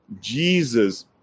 Jesus